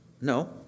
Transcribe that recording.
No